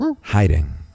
hiding